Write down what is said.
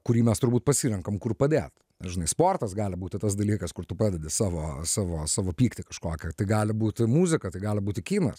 kurį mes turbūt pasirenkam kur padėt žinai sportas gali būti tas dalykas kur tu padedi savo savo savo pyktį kažkokį tai gali būti muzika tai gali būti kinas